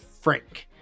Frank